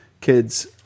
kids